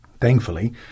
Thankfully